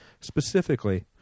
Specifically